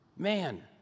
Man